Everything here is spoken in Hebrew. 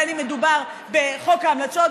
בין שמדובר בחוק ההמלצות,